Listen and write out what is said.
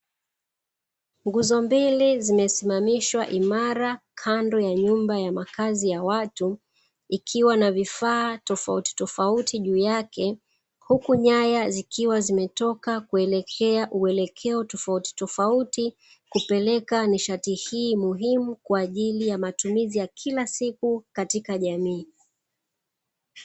Nguzo mbili zimesimamishwa imara kando ya nyumba ya makazi ya watu, ikiwa na vifaa tofauti tofauti juu yake, huku nyaya zikiwa zimetoka kuelekea uelekeo tofauti tofauti, kupeleka nishati hii muhimu kwa ajili ya matumizi ya kila siku katika jamii.